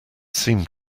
seemed